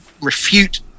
refute